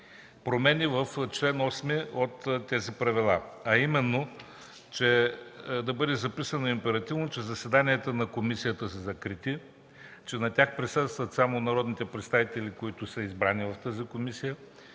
промени в чл. 8 от тези правила, а именно, да бъде записано императивно, че заседанията на комисията са закрити, че на тях присъстват само народните представители, които са избрани в тази комисия,